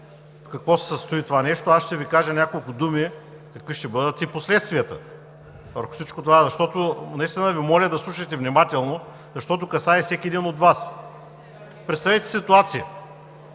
какво се състои това нещо – аз ще Ви кажа няколко думи какви ще бъдат последствията. Наистина Ви моля да слушате внимателно, защото касае всеки един от Вас. Представете си ситуация: